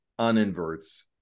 uninverts